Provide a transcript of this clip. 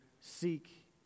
seek